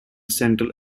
central